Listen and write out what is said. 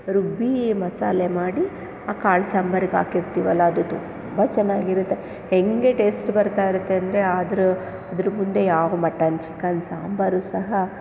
ರುಬ್ಬಿ ಮಸಾಲೆ ಮಾಡಿ ಆ ಕಾಳ್ ಸಾಂಬಾರಿಗ್ ಹಾಕಿರ್ತೀವಲ್ಲ ಅದು ತುಂಬ ಚೆನ್ನಾಗಿರುತ್ತೆ ಹೆಂಗೆ ಟೇಸ್ಟ್ ಬರ್ತಾಯಿರುತ್ತೆ ಅಂದರೆ ಅದ್ರ ಅದ್ರ ಮುಂದೆ ಯಾವ ಮಟನ್ ಚಿಕನ್ ಸಾಂಬಾರು ಸಹ